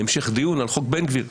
המשך דיון על חוק בן גביר.